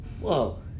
Whoa